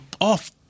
off